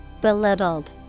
Belittled